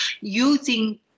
using